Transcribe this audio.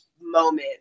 moment